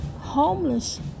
homeless